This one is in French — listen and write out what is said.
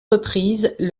reprises